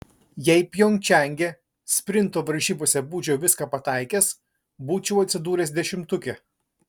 jei pjongčange sprinto varžybose būčiau viską pataikęs būčiau atsidūręs dešimtuke